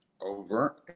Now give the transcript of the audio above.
over